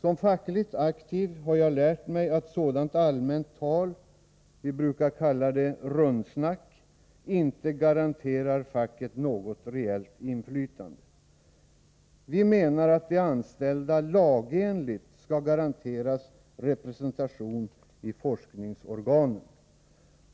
Som fackligt aktiv har jag lärt mig att sådant allmänt tal — vi brukar kalla det rundsnack — inte garanterar facket något reellt inflytande. Vi menar att de anställda lagenligt skall garanteras representation i forskningsorganen.